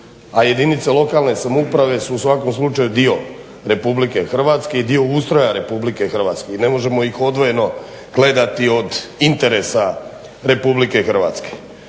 jedinice lokalne samouprave su u svakom slučaju dio Republike Hrvatske i dio ustroja Republike Hrvatske i ne možemo ih odvojeno gledati od interesa Republike Hrvatske.